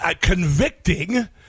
convicting